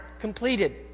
completed